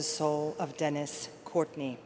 the soul of dennis courtney